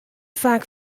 faak